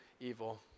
evil